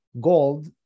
gold